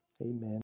Amen